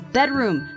Bedroom